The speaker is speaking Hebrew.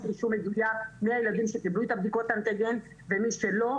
רישום מדויק מי הילדים שקיבלו את בדיקות האנטיגן ומי לא,